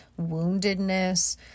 Woundedness